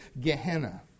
Gehenna